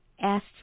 asked